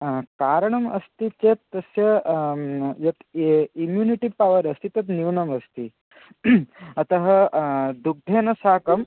हा कारणम् अस्ति चेत् तस्य यत् ये इम्यूनिटि पवर् अस्ति तद् न्यूनम् अस्ति अतः दुग्धेन साकं